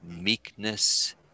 meekness